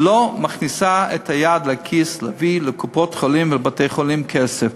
לא מכניסה את היד לכיס להביא לקופות-החולים ולבתי-החולים כסף.